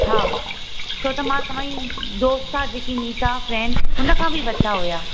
हा छो त मां तव्हांजी दोस्त आहे जेकी नीता फ्रेंड हुनखां बि वरिता हुआ